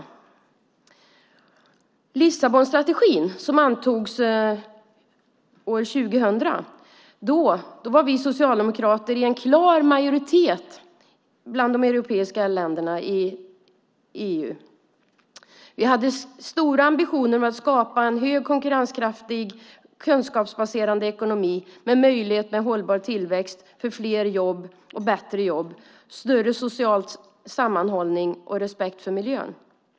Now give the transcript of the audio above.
När Lissabonstrategin antogs 2000 var vi socialdemokrater i klar majoritet i EU. Vi hade stora ambitioner att skapa en stark konkurrenskraftig och kunskapsbaserad ekonomi med hållbar tillväxt, fler och bättre jobb, större social sammanhållning och respekt för miljön.